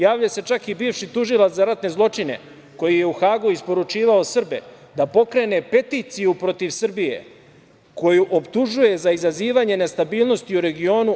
Javlja se čak i bivši tužilac za ratne zločine, koji je u Hagu isporučivao Srbe, da pokrene peticiju protiv Srbije koju optužuje za izazivanje nestabilnosti u regionu.